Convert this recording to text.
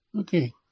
Okay